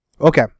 Okay